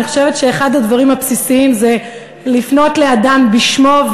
אני חושבת שאחד הדברים הבסיסיים זה לפנות לאדם בשמו,